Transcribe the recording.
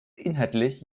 inhaltlich